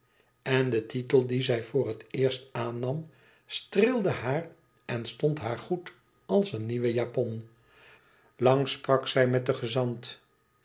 en de titel dien zij voor het eerst aannam streelde haar en stond haar goed als een nieuwe japon lang sprak zij met den gezant